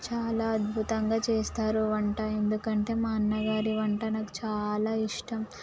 చాలా అద్భుతంగా చేస్తారు వంట ఎందుకంటే మా అన్న గారి వంట నాకు చాలా ఇష్టం